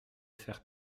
faire